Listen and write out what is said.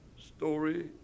story